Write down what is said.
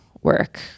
work